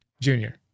Junior